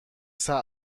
صعب